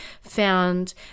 found